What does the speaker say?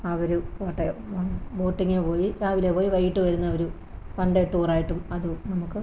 അവര് കോട്ടയം ബോട്ടിങ്ങിനു പോയി രാവിലെ പോയി വൈകിട്ട് വരുന്ന ഒരു വൺ ഡേ ടൂറായിട്ടും അത് നമുക്ക്